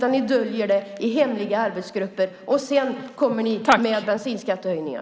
Ni döljer det i hemliga arbetsgrupper, och sedan kommer ni med bensinskattehöjningar.